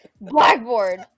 Blackboard